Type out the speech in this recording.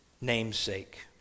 namesake